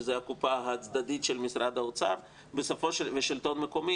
שזו הקופה הצדדית של משרד האוצר והשלטון המקומי,